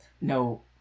no